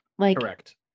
Correct